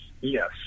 Yes